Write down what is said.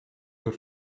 door